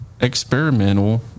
experimental